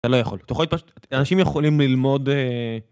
אתה לא יכול. אתה יכול... אנשים יכולים ללמוד...